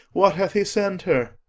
what hath he sent her?